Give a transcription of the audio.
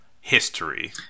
history